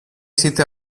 siete